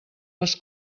les